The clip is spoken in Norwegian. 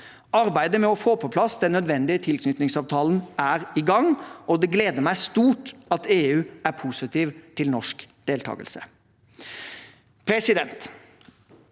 Arbeidet med å få på plass den nødvendige tilknytningsavtalen er i gang, og det gleder meg stort at EU er positiv til norsk deltakelse.